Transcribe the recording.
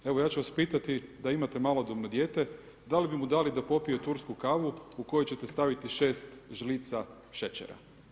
Evo ja ću vas pitati, da imate malodobno dijete, da li bi mu dali da popije tursku kavu u koju ćete staviti šest žlica šećera?